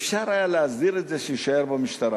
אפשר היה להסדיר את זה שיישאר במשטרה,